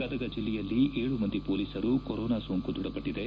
ಗದಗ ಜಿಲ್ಲೆಯಲ್ಲಿ ಏಳು ಮಂದಿ ಪೊಲೀಸರು ಕೊರೊನಾ ಸೋಂಕು ದೃಢಪಟ್ಟದೆ